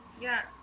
Yes